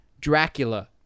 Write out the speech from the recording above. Dracula